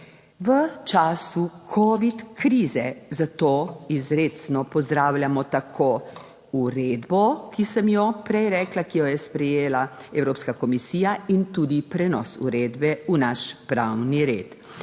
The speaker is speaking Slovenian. v času covid krize. Zato izrecno pozdravljamo tako uredbo, ki sem jo prej rekla, ki jo je sprejela Evropska komisija in tudi prenos uredbe v naš pravni red.